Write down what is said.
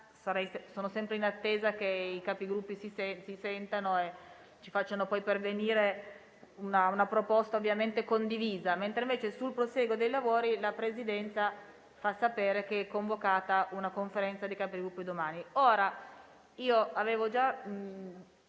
sono sempre in attesa che i Capigruppo si sentano e ci facciano pervenire una proposta condivisa. Sul prosieguo dei lavori la Presidenza fa sapere che è convocata una Conferenza dei Capigruppo domani.